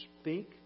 speak